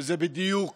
וזה בדיוק